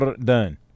done